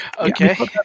Okay